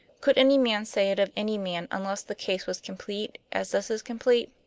could any man say it of any man unless the case was complete, as this is complete?